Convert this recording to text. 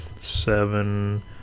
Seven